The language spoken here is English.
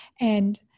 And-